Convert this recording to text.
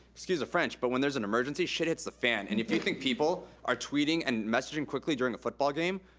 excuse the french, but when there's an emergency, shit hits the fan. and if you think people are tweeting and messaging quickly during a football game,